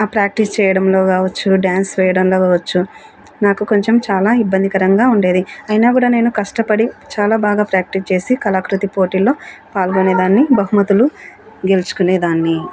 ఆ ప్రాక్టీస్ చేయడంలో కావచ్చు డ్యాన్స్ వేయడంలో కావచ్చు నాకు కొంచెం చాలా ఇబ్బందికరంగా ఉండేది అయినా కూడా నేను కష్టపడి చాలా బాగా ప్రాక్టీస్ చేసి కళాకృతి పోటీల్లో పాల్గొనేదాన్ని బహుమతులు గెలుచుకునేదాన్ని